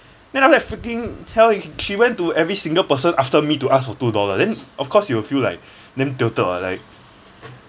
then after that freaking hell she went to every single person after me to ask for two dollar then of course you will feel like damn tilted [what] like she like